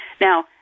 Now